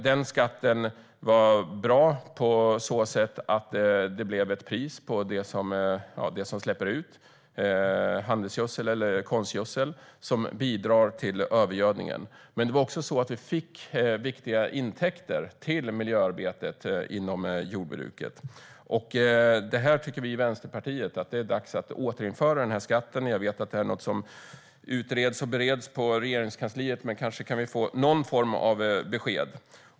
Den skatten var bra på så sätt att det blev ett pris på det som släpps ut - handelsgödsel eller konstgödsel - och bidrar till övergödningen. Men vi fick också viktiga intäkter till miljöarbetet inom jordbruket. Vi i Vänsterpartiet tycker att det är dags att återinföra den här skatten. Jag vet att det är något som utreds och bereds i Regeringskansliet, men vi kanske kan få någon form av besked.